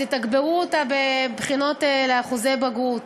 אז יתגברו אותה בבחינות להעלאת אחוזי הבגרות,